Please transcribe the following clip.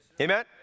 Amen